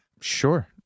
sure